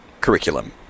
curriculum